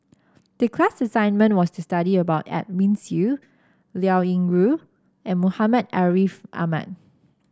the class assignment was to study about Edwin Siew Liao Yingru and Muhammad Ariff Ahmad